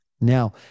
Now